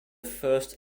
first